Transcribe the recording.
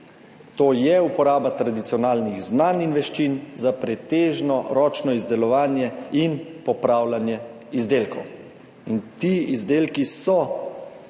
to je uporaba tradicionalnih znanj in veščin za pretežno ročno izdelovanje in popravljanje izdelkov. In ti izdelki so